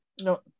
No